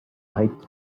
height